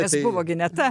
nes buvo gi ne ta